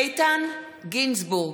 איתן גינזבורג,